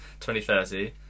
2030